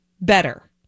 better